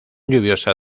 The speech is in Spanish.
lluviosa